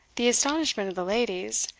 the astonishment of the ladies,